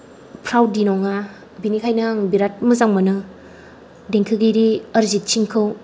प्रावदि नङा बेनिखायनो आं बिरात मोजां मोनो देंखोगिरि अरजित सिंखौ